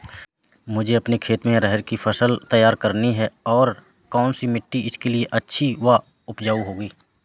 मुझे अपने खेत में अरहर की फसल तैयार करनी है और कौन सी मिट्टी इसके लिए अच्छी व उपजाऊ होगी?